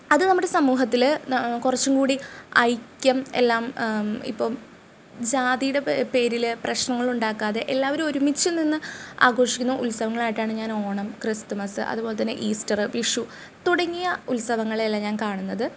അത് നമ്മുടെ സമൂഹത്തിൽ കുറച്ചും കൂടി ഐക്യം എല്ലാം ഇപ്പോൾ ജാതിയുടെ പേരിൽ പ്രശ്നങ്ങൾ ഉണ്ടാക്കാതെ എല്ലാവരും ഒരുമിച്ച് നിന്ന് ആഘോഷിക്കുന്ന ഉത്സവങ്ങളായിട്ടാണ് ഞാൻ ഓണം ക്രിസ്തുമസ് അതുപോലെ തന്നെ ഈസ്റ്റർ വിഷു തുടങ്ങിയ ഉത്സവങ്ങളെയെല്ലാം ഞാൻ കാണുന്നത്